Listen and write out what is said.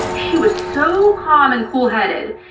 she was so calm and cool headed.